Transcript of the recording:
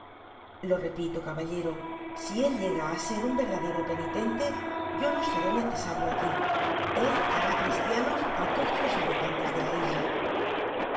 lo repito caballero si él llega áser un verdadero penitente yo no seré necesario aquí él hará mm tianos á todos los habitantes de la isla